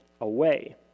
away